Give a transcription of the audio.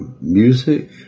music